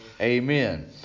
amen